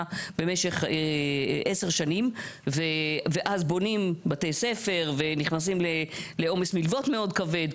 במשך 10 שנים ואז בונים בתי ספר ונכנסים לעומס מגבות מאוד כבד,